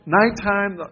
nighttime